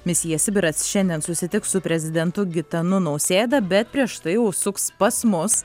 misija sibiras šiandien susitiks su prezidentu gitanu nausėda bet prieš tai užsuks pas mus